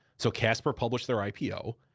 so casper published their ipo.